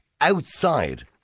outside